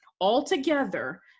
Altogether